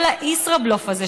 כל הישראבלוף הזה,